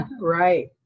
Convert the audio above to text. Right